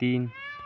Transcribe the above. तीन